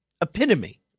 epitome